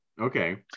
Okay